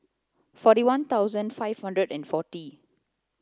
forty one thousand five hundred and forty